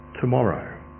tomorrow